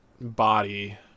body